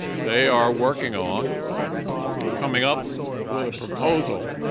they are working on coming up with a proposal